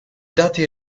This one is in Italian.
dati